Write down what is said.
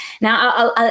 Now